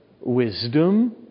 wisdom